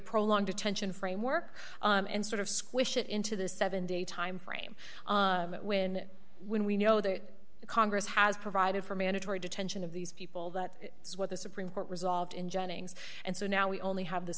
prolonged detention framework and sort of squish it into the seven day timeframe when when we know that the congress has provided for mandatory detention of these people that is what the supreme court resolved in jennings and so now we only have th